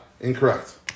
Incorrect